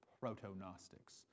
proto-Gnostics